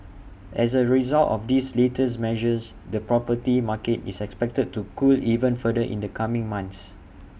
as A result of these latest measures the property market is expected to cool even further in the coming months